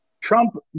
Trump